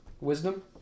Wisdom